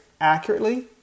accurately